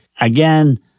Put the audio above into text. Again